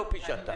לא פישטת.